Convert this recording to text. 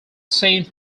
saint